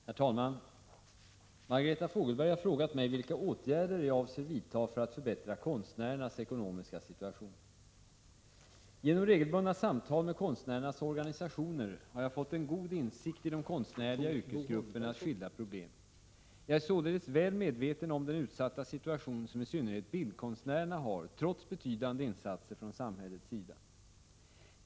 Herr talman! Margareta Fogelberg har frågat mig vilka åtgärder jag avser vidta för att förbättra konstnärernas ekonomiska situation. Genom regelbundna samtal med konstnärernas organisationer har jag fått en god insikt i de konstnärliga yrkesgruppernas skilda problem. Jag är således väl medveten om den utsatta situation som i synnerhet bildkonstnärerna har trots betydande insatser från samhällets sida.